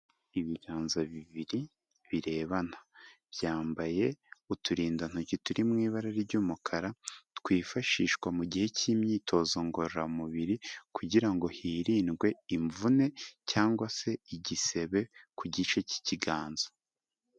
Ibiganza bibiri birebana. Byambaye uturindantoki turi mu ibara ry'umukara, twifashishwa mu gihe cy'imyitozo ngororamubiri, kugira ngo hirindwe imvune cyangwa se igisebe ku gice cy'ikiganza.